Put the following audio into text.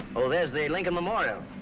oh, there's the lincoln memorial.